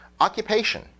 Occupation